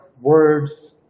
words